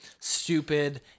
stupid